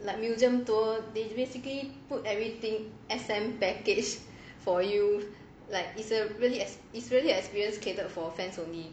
like museum tour they basically put everything S_M package for you like it's a really an experience catered for fans only